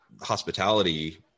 hospitality